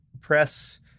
press